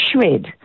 shred